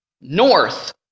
North